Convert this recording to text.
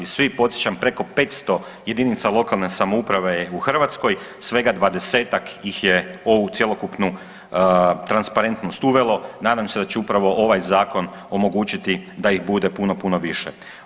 Svi podsjećam, preko 500 jedinica lokalne samouprave je u Hrvatskoj, svega 20-ak ovu cjelokupnu transparentnosti uvelo, nadam se da će upravo ovaj zakon omogućiti da ih bude puno, puno više.